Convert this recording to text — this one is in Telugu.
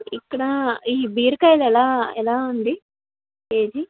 ఇక్కడ ఈ బీరకాయలు ఎలా ఎలా ఉంది కేజీ